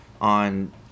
on